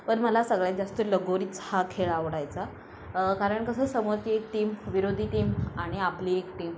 पण मला सगळ्यात जास्त लगोरीच हा खेळ आवडायचा कारण कसं समोरची एक टीम विरोधी टीम आणि आपली एक टीम